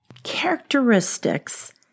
characteristics